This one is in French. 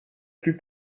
plus